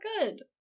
good